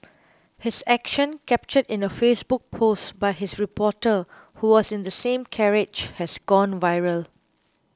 his action captured in a Facebook post by this reporter who was in the same carriage has gone viral